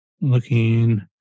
looking